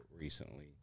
recently